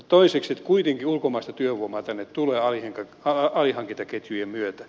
toiseksi kuitenkin ulkomaista työvoimaa tänne tulee alihankintaketjujen myötä